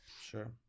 Sure